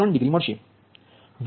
03 degree મળશે